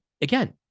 again